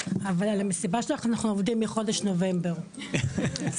אבל על המסיבה שלך אנחנו עובדים מחודש נובמבר 22',